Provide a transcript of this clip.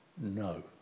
no